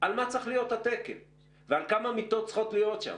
על מה צריך להיות התקן ועל כמה מיטות צריכות להיות שם.